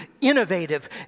innovative